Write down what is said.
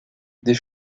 des